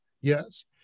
Yes